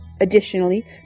Additionally